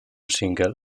single